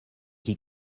qui